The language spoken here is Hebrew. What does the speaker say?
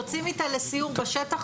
יוצאים איתה לסיור בשטח,